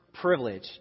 privilege